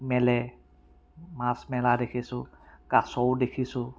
মেলে মাছ মেলা দেখিছোঁ কাছও দেখিছোঁ